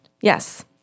Yes